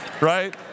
right